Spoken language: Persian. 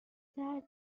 سرد